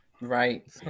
Right